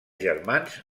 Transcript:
germans